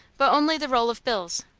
but only the roll of bills.